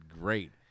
great